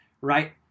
right